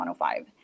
105